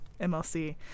MLC